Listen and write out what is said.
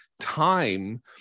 time